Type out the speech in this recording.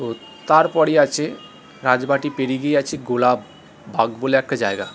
তো তারপরই আছে রাজবাটী পেড়িয়ে গিয়েই আছে গোলাপবাগ বলে একটা জায়গা